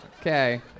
Okay